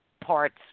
parts